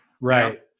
Right